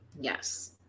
Yes